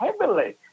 heavily